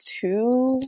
two